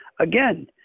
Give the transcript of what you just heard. Again